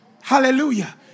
Hallelujah